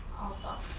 i'll stop.